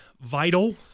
vital